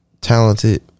talented